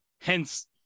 hence